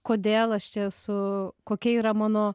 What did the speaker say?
kodėl aš čia esu kokia yra mano